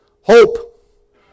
Hope